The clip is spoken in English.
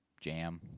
jam